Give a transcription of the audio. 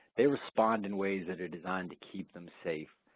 they respond in ways that are designed to keep them safe,